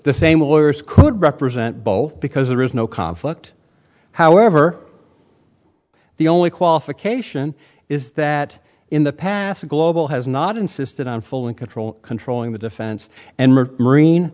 the same lawyer could represent both because there is no conflict however the only qualification is that in the past the global has not insisted on full and control controlling the defense and marine